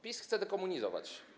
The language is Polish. PiS chce dekomunizować.